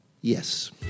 yes